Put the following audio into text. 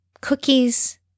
cookies